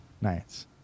Nice